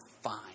fine